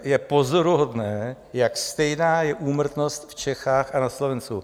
Je pozoruhodné, jak stejná je úmrtnost v Čechách a na Slovensku.